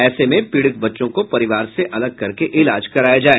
ऐसे में पीड़ित बच्चों को परिवार से अलग करके इलाज कराया जाय